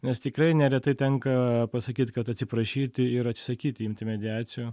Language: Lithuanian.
nes tikrai neretai tenka pasakyti kad atsiprašyti ir atsisakyti imti mediacijų